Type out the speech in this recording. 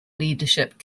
leadership